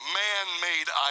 man-made